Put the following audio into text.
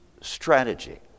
strategy